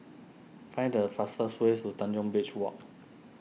find the fastest ways to Tanjong Beach Walk